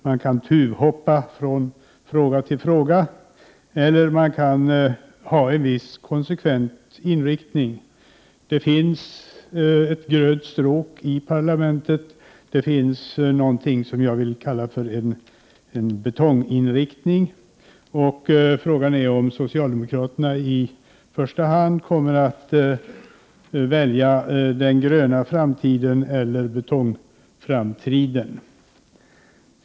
Man kan tuvhoppa från fråga till fråga eller ha en viss konsekvent inriktning. Det finns ett grönt stråk i parlamentet, och det finns något som jag vill kalla för betonginriktning. Frågan är om socialdemokraterna i första hand kommer att välja att gå mot den gröna framtiden eller mot betongframtiden.